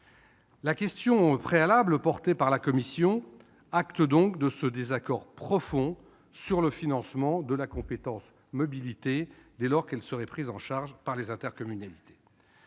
La question préalable déposée par la commission acte ce désaccord profond sur le financement de la compétence mobilité, dès lors qu'elle serait prise en charge par les intercommunalités.